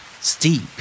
Steep